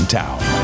town